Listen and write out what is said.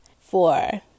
four